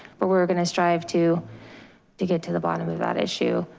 but we're going to strive to to get to the bottom of that issue.